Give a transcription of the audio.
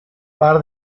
par